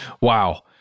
Wow